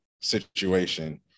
situation